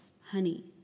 honey